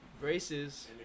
Braces